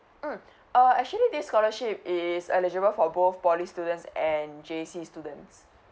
mm uh actually this scholarship is eligible for both poly students and J_C students